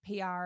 PR